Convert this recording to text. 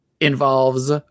involves